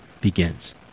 begins